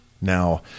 Now